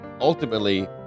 ultimately